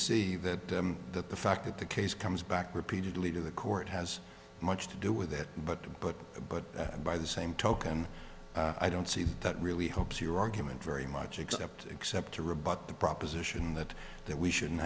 see that that the fact that the case comes back repeatedly to the court has much to do with it but but but by the same token i don't see that that really helps your argument very much except except to rebut the proposition that that we shouldn't